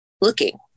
looking